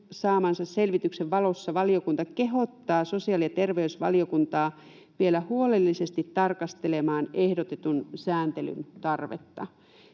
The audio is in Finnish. saamansa selvityksen valossa valiokunta kehottaa sosiaali‑ ja terveysvaliokuntaa vielä huolellisesti tarkastelemaan ehdotetun sääntelyn tarvetta.”